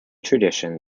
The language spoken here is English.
tradition